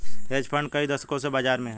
hedge fund कई दशकों से बाज़ार में हैं